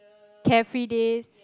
carefree days